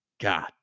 god